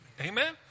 Amen